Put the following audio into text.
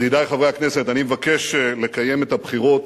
ידידי חברי הכנסת, אני מבקש לקיים את הבחירות